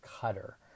cutter